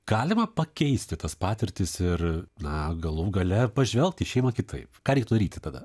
galima pakeisti tas patirtis ir na galų gale pažvelgt į šeimą kitaip ką reiktų daryti tada